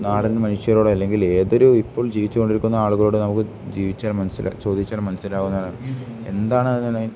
നാടൻ മനുഷ്യരോ അല്ലെങ്കിൽ ഏതൊരു ഇപ്പോൾ ജീവിച്ചുകൊണ്ടിരിക്കുന്ന ആളുകളോട് നമുക്ക് ജീവിച്ചാൽ മനസ്സില്ലകും ചോദിച്ചാൽ മനസ്സിലാവുന്നത് എന്താണെന്ന്